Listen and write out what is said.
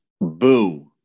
boo